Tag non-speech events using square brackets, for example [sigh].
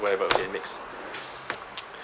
whatever okay next [noise]